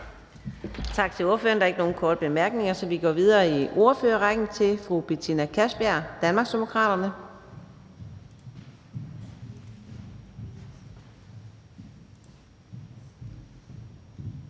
Tak til ordføreren. Der er ikke nogen korte bemærkninger, så vi går videre i ordførerrækken til fru Betina Kastbjerg, Danmarksdemokraterne.